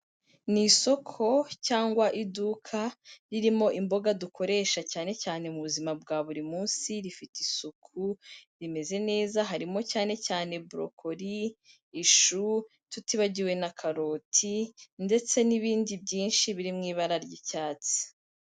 Ni isoko cyangwa iduka, ririmo imboga dukoresha cyane cyane mu buzima bwa buri munsi, rifite isuku, rimeze neza harimo cyane cyane borokoli, ishu tutibagiwe na karoti ndetse n'ibindi byinshi biri mu ibara ry'icyatsi.